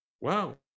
Wow